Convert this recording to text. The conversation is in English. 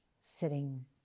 sitting